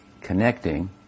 connecting